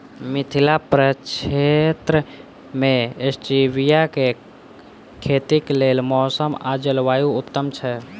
मिथिला प्रक्षेत्र मे स्टीबिया केँ खेतीक लेल मौसम आ जलवायु उत्तम छै?